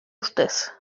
ustez